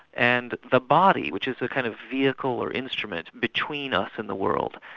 and the body, which is a kind of vehicle or instrument between us and the world.